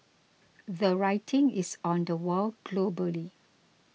the writing is on the wall globally